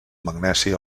magnesi